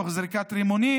תוך זריקת רימונים,